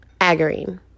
agarine